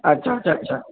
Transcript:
আচ্ছা আচ্ছা আচ্ছা